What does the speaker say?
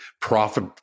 profit